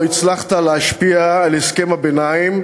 לא הצלחת להשפיע על הסכם הביניים,